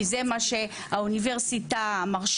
כי זה מה שהאוניברסיטה מרשה,